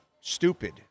stupid